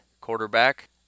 quarterback